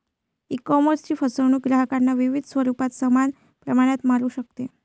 ईकॉमर्सची फसवणूक ग्राहकांना विविध स्वरूपात समान प्रमाणात मारू शकते